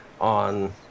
on